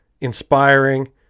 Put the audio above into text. inspiring